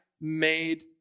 made